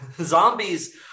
Zombies